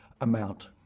amount